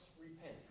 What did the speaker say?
repent